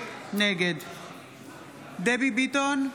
נגד דבי ביטון,